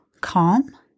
calm